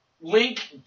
Link